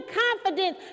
confidence